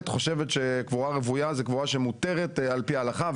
חושבת שקבורה רוויה היא קבורה שמותרת על פי ההלכה,